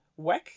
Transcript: Weck